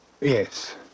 Yes